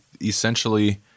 essentially